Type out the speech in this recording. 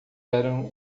eram